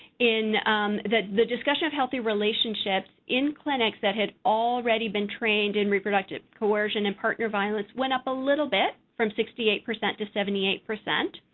in that the discussion of healthy relationships in clinics that had already been trained in reproductive coercion and partner violence went up a little bit, from sixty eight percent to seventy eight percent.